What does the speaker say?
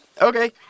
Okay